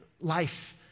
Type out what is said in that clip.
life